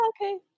okay